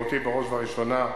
ואותי בראש ובראשונה,